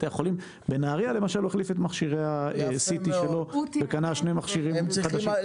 הוא החליף את מכשירי הסי.טי שלו וקנה שני מכשירים חדשים.